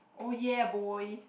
oh ya boy